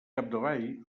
capdavall